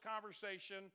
conversation